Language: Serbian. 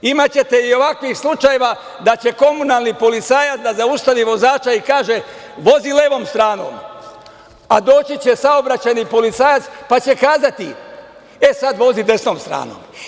Imaćete i ovakvih slučajeva da će komunalni policajac da zaustavi vozača i kaže – vozi levom stranom, a doći će saobraćajni policajac, pa će kazati – sad vozi desnom stranom.